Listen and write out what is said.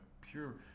pure